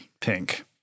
pink